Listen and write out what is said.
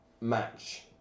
match